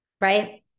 right